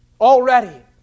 already